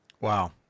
Wow